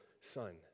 son